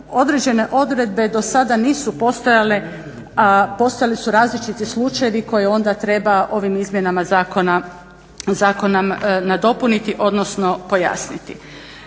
određene odredbe dosada nisu postojale a postojali su različiti slučajevi koje onda treba ovim izmjenama zakona nadopuniti, odnosno pojasniti.